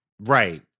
Right